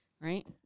right